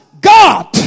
God